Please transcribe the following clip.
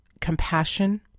compassion